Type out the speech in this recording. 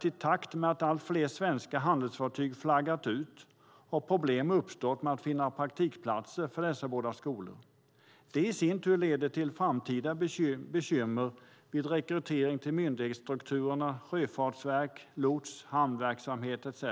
I takt med att allt fler svenska handelsfartyg flaggat ut har problem uppstått med att finna praktikplatser för dessa våra skolor. Det i sin tur leder till framtida bekymmer vid rekrytering till myndighetsstrukturerna sjöfartsverk, lots, hamnverksamhet etcetera.